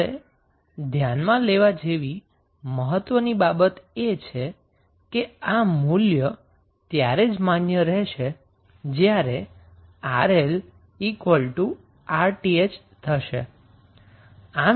હવે ધ્યાનમાં લેવા જેવી મહત્વની બાબત એ છે કે આ મૂલ્ય ત્યારે જ માન્ય રહેશે જ્યારે 𝑅𝐿𝑅𝑇ℎ થશે